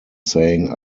saying